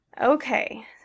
Okay